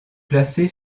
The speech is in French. placée